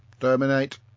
Terminate